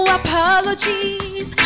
apologies